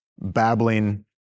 babbling